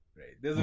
right